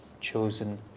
chosen